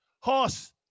Hoss